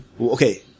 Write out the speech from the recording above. Okay